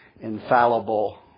infallible